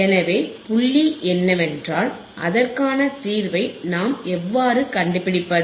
எனவே புள்ளி என்னவென்றால் அதற்கான தீர்வை நாம் எவ்வாறு கண்டுபிடிப்பது